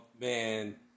man